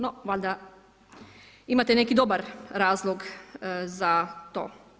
No valjda, imate neki dobar razlog za to.